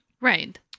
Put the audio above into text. Right